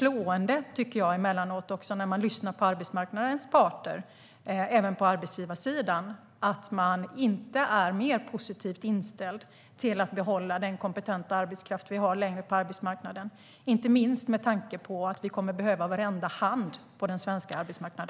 När man lyssnar på arbetsmarknadens parter, även de på arbetsgivarsidan, är det emellanåt slående att de inte är mer positivt inställda till att behålla den kompetenta arbetskraft vi har på arbetsmarknaden, inte minst med tanke på att vi kommer att behöva varenda hand på den svenska arbetsmarknaden.